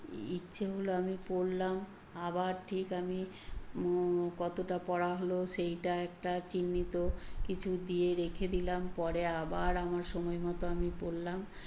ইইচ্ছে হলো আমি পড়লাম আবার ঠিক আমি কতোটা পড়া হলো সেইটা একটা চিহ্নিত কিছু দিয়ে রেখে দিলাম পরে আবার আমার সময় মতো আমি পড়লাম